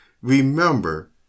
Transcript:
remember